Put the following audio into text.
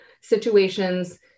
situations